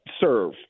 serve